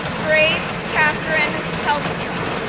grace catherine hellstrom,